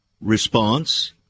response